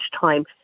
time